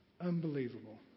unbelievable